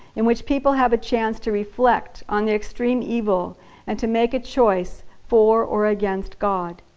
in which people have a chance to reflect on the extreme evil and to make a choice for or against god.